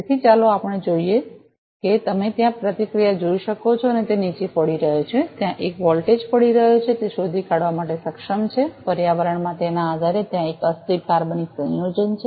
તેથી ચાલો આપણે જોઈએ જેથી તમે ત્યાં પ્રતિક્રિયા જોઈ શકો છો તે નીચે પડી રહ્યો છે ત્યાં વોલ્ટેજ પડી રહ્યો છે તે શોધી કાઢવા માટે સક્ષમ છે કે પર્યાવરણમાં તેના આધારે ત્યાં એક અસ્થિર કાર્બનિક સંયોજન છે